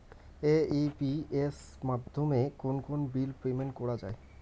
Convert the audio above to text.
AEPS মাধ্যমে কোন কোন বিল পেমেন্ট করা যায়?